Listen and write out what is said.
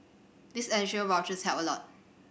these additional vouchers help a lot